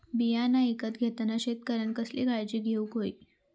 बियाणा ईकत घेताना शेतकऱ्यानं कसली काळजी घेऊक होई?